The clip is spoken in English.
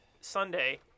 Sunday